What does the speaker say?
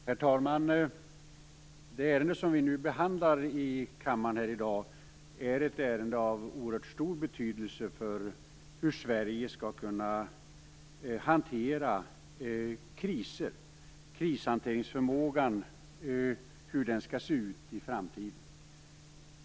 Herr talman! Det ärende som vi nu behandlar här i kammaren i dag är av oerhört stor betydelse för hur Sverige skall kunna hantera kriser och hur krishanteringsförmågan skall se ut i framtiden.